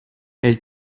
elles